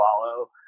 follow